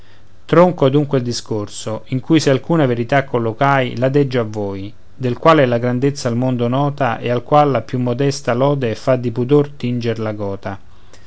tronco adunque il discorso in cui se alcuna verità collocai la deggio a voi del quale è la grandezza al mondo nota e al qual la più modesta lode fa di pudor tinger la gota